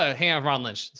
ah hey, i'm ron lynch.